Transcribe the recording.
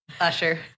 Usher